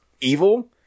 evil